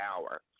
hour